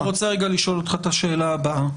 אני רוצה רגע לשאול אותך את השאלה הבאה.